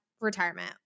retirement